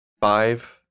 five